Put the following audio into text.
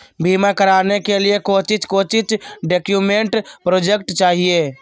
बीमा कराने के लिए कोच्चि कोच्चि डॉक्यूमेंट प्रोजेक्ट चाहिए?